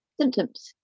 symptoms